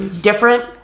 different